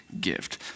gift